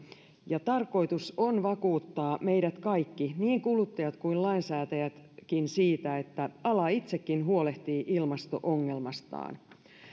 ja tarkoitus on vakuuttaa meidät kaikki niin kuluttajat kuin lainsäätäjätkin siitä että ala itsekin huolehtii ilmasto ongelmastaan